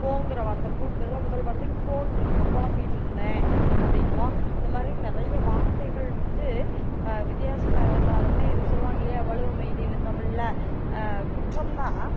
போங்கிற வார்த்தை பூக்கு பதிலாக முதல் வார்த்தை போன்ட்ருக்குங்க பொலம்பிட்ருந்தேன் அப்படிங்குவோம் இந்த மாதிரி நிறைய வார்த்தைகள் வந்து வித்தியாசமாக இருந்தாலும் இது சொல்லுவாங்க இல்லையா வலுவமைதின்னு தமிழில் குற்றம்தான்